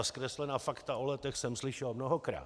Zkreslená fakta o Letech jsem slyšel mnohokrát.